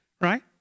right